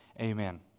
Amen